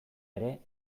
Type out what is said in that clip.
ere